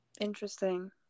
interesting